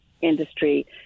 industry